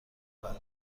بعد